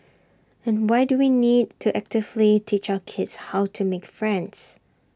and why do we need to actively teach our kids how to make friends